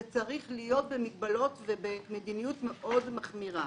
זה צריך להיות במגבלות ובמדיניות מאוד מחמירה.